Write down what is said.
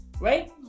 right